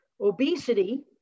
Obesity